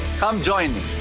come, join me.